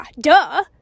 duh